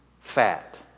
fat